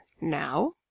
Now